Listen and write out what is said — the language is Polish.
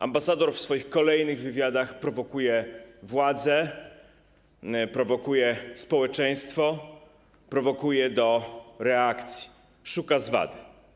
Ambasador w swoich kolejnych wywiadach prowokuje władze, prowokuje społeczeństwo, prowokuje do reakcji, szuka zwady.